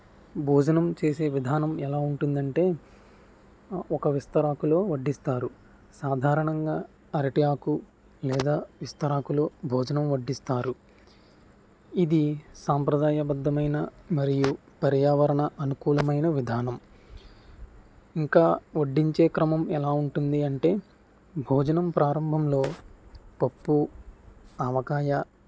భోజనం చేసే విధానం ఎలా ఉంటుందంటే ఒక విస్తరాకులో వడ్డిస్తారు సాధారణంగా అరటి ఆకు లేదా విస్తరాకులో భోజనం వడ్డిస్తారు ఇది సాంప్రదాయబద్ధమైన మరియు పర్యావరణ అనుకూలమైన విధానం ఇంకా వడ్డించే క్రమం ఎలా ఉంటుంది అంటే భోజనం ప్రారంభంలో పప్పు ఆవకాయ